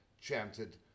chanted